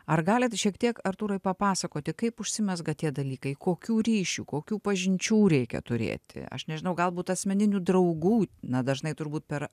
ar galit šiek tiek artūrai papasakoti kaip užsimezga tie dalykai kokių ryšių kokių pažinčių reikia turėti aš nežinau galbūt asmeninių draugų na dažnai turbūt per